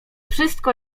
wszystko